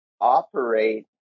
operate